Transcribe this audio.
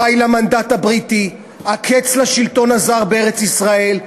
די למנדט הבריטי, הקץ לשלטון הזר בארץ ישראל.